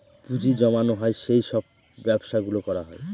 পুঁজি জমানো হয় সেই সব ব্যবসা গুলো করা হয়